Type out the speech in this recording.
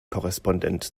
korrespondent